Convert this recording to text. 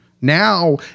Now